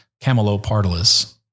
camelopardalis